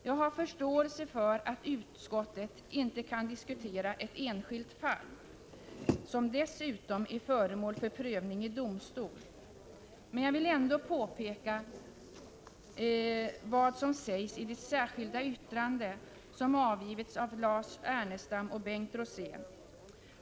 Jag har förståelse för att utskottet inte kan diskutera ett enskilt fall, som dessutom är föremål för prövning i domstol, men vill ändå peka på vad som sägs i det särskilda yttrande som avgivits av Lars Ernestam och Bengt Rosén.